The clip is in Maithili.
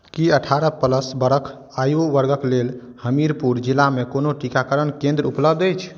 की अठारह प्लस बरख आयु वर्गक लेल हमीरपुर जिलामे कोनो टीकाकरण केन्द्र उपलब्ध अछि